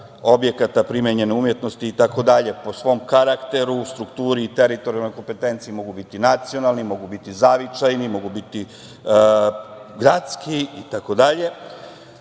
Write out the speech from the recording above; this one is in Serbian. objekata primenjene umetnosti, itd. Po svom karakteru, strukturi i teritorijalne kompetencije mogu biti nacionalni, mogu biti zavičajni, mogu biti gradski, itd. Ono